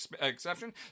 exception